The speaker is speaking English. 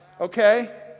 okay